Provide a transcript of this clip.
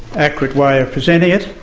accurate way of presenting it.